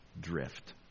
drift